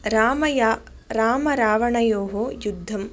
रामया रामरावणयोः युद्धं